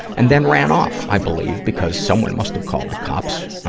and then ran off, i believe, because someone must have called the cops,